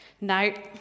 No